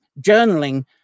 journaling